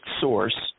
source